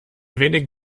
wenigen